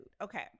Okay